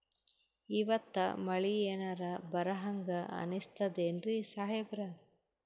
ಇವತ್ತ ಮಳಿ ಎನರೆ ಬರಹಂಗ ಅನಿಸ್ತದೆನ್ರಿ ಸಾಹೇಬರ?